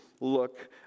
look